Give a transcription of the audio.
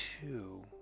two